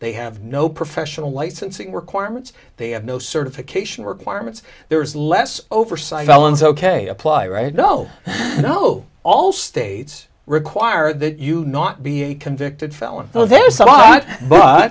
they have no professional licensing requirements they have no certification requirements there is less oversight felons ok apply right no know all states require that you not be a convicted felon